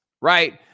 right